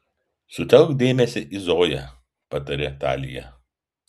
sutelk dėmesį į zoją patarė talija